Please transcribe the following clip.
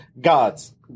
Gods